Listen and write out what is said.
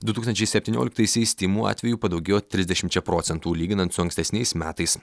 du tūkstančiai septynioliktaisiais tymų atvejų padaugėjo trisdešimčia procentų lyginant su ankstesniais metais